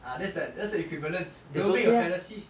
ah that's that's the equivalence don't make a fallacy